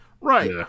Right